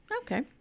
Okay